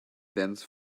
dense